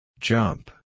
Jump